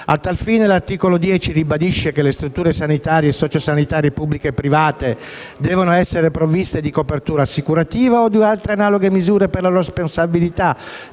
A tal fine, l'articolo 10 ribadisce che le strutture sanitarie e sociosanitarie pubbliche e private devono essere provviste di copertura assicurativa o di altre analoghe misure per la responsabilità